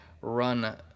run